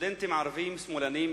סטודנטים ערבים שמאלנים,